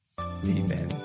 amen